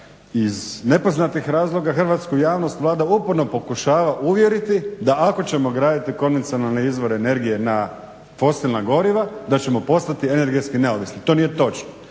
iz nepoznatih razloga hrvatsku javnost Vlada uporno pokušava uvjeriti da ako ćemo graditi konvencionalan izvor energije na fosilna goriva da ćemo postati energetski neovisni. To nije točno.